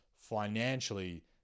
financially